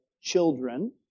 Children